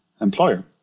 employer